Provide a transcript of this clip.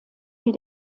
die